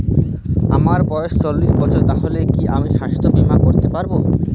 আমার বয়স চল্লিশ বছর তাহলে কি আমি সাস্থ্য বীমা করতে পারবো?